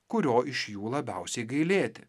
kurio iš jų labiausiai gailėti